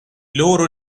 loro